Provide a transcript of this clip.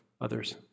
others